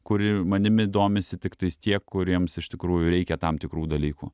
kuri manimi domisi tiktais tie kuriems iš tikrųjų reikia tam tikrų dalykų